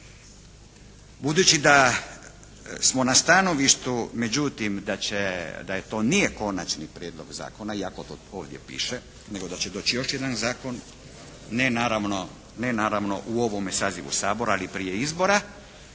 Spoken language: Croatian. Budući da smo na stanovištu međutim da će, da to nije konačni prijedlog zakona iako to ovdje piše, nego da će doći još jedan zakon, ne naravno u ovome sazivu Sabora, ali prije izbora